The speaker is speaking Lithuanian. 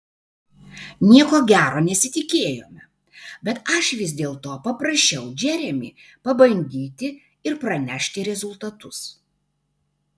nieko gero nesitikėjome bet aš vis dėlto paprašiau džeremį pabandyti ir pranešti rezultatus